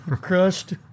Crushed